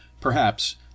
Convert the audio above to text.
perhaps